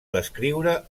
descriure